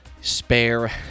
spare